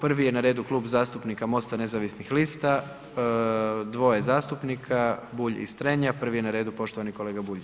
Prvi je na redu Klub zastupnika MOST-a nezavisnih lista, dvoje zastupnika, Bulj i Strenja, prvi je na redu poštovani kolega Bulj.